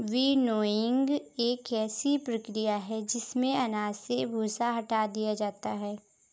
winnowing एक ऐसी प्रक्रिया है जिसमें अनाज से भूसा हटा दिया जाता है